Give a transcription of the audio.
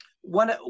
One